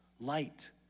light